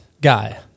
guy